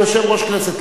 כיושב-ראש הכנסת,